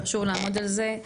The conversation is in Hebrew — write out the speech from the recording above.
שוב לעמוד על זה.